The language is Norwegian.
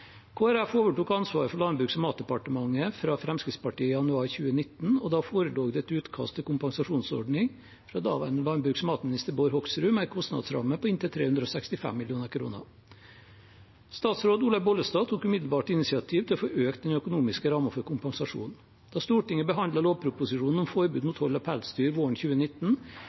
overtok ansvaret for Landbruks- og matdepartementet fra Fremskrittspartiet i januar 2019, og da forelå det et utkast til kompensasjonsordning fra daværende landbruks- og matminister, Bård Hoksrud, med en kostnadsramme på inntil 365 mill. kr. Statsråd Olaug Vervik Bollestad tok umiddelbart initiativ til å få økt den økonomiske rammen for kompensasjon. Da Stortinget behandlet lovproposisjonen om forbud mot hold av pelsdyr våren 2019,